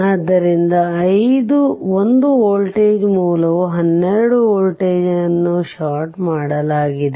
ಆದ್ದರಿಂದ 1 ವೋಲ್ಟೇಜ್ ಮೂಲವು 12 ವೋಲ್ಟ್ ನ್ನು ಷಾರ್ಟ್ ಮಾಡಲಾಗಿದೆ